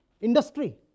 industry